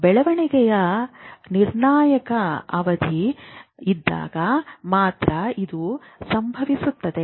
ಬೆಳವಣಿಗೆಯ ನಿರ್ಣಾಯಕ ಅವಧಿ ಇದ್ದಾಗ ಮಾತ್ರ ಇದು ಸಂಭವಿಸುತ್ತದೆ